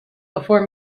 before